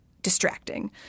distracting